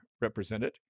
represented